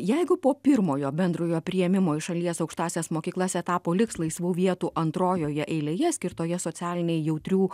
jeigu po pirmojo bendrojo priėmimo į šalies aukštąsias mokyklas etapo liks laisvų vietų antrojoje eilėje skirtoje socialiniai jautrių